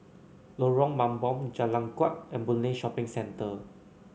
Lorong Mambong Jalan Kuak and Boon Lay Shopping Centre